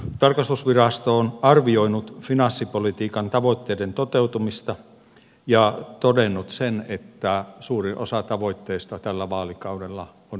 tarkastusvirasto on arvioinut finanssipolitiikan tavoitteiden toteutumista ja todennut sen että suuri osa tavoitteista tällä vaalikaudella on jäänyt toteutumatta